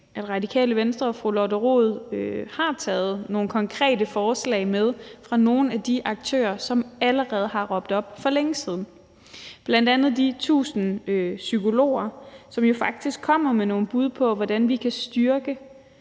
at Radikale Venstre og fru Lotte Rod har taget nogle konkrete forslag med fra nogle af de aktører, som allerede har råbt op for længe siden, bl.a. de 1.000 psykologer, som jo faktisk kommer med nogle bud på, hvordan vi kan styrke